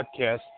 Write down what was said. podcast